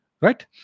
Right